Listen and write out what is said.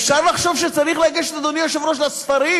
אפשר לחשוב שצריך לגשת, אדוני היושב-ראש, לספרים